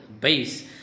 base